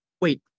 wait